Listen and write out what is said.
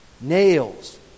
Nails